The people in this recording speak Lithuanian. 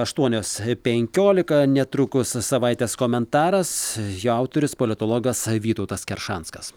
aštuonios penkiolika netrukus savaitės komentaras jo autorius politologas vytautas keršanskas